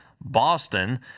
Boston